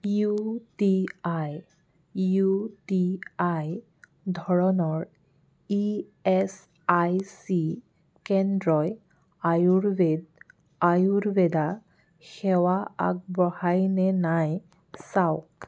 U T I ধৰণৰ E S I C কেন্দ্ৰই আয়ুৰ্বেদ সেৱা আগবঢ়ায় নে নাই চাওক